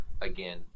again